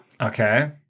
Okay